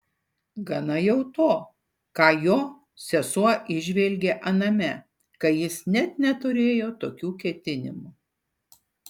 gana jau to ką jo sesuo įžvelgė aname kai jis net neturėjo tokių ketinimų